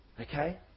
okay